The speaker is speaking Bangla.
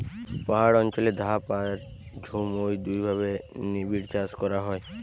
পাহাড় অঞ্চলে ধাপ আর ঝুম ঔ দুইভাবে নিবিড়চাষ করা হয়